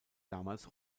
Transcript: damals